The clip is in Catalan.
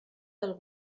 del